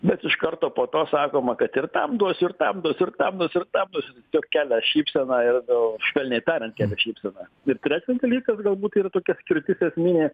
bet iš karto po to sakoma kad ir tam duosiu ir tam duosiu ir tam duosiu ir tam duosiu siog kelia šypseną ir švelniai tariant kelia šypseną ir trečias dalykas galbūt yra tokia skirtis esminė